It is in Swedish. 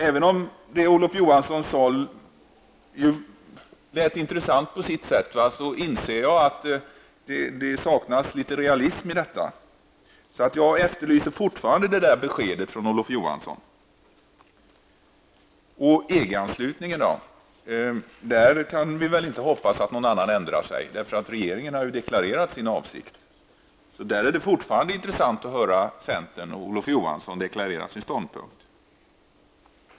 Även om det Olof Johansson sade lät intressant, inser jag att det saknas litet realism i detta. Jag efterlyser fortfarande besked från Olof Johansson. I fråga om EG-anslutningen kan vi väl inte hoppas att någon annan ändrar sig. Regeringen har ju deklarerat sin avsikt. Där är det fortfarande intressant att höra centern och Olof Johansson deklarera sin ståndpunkt.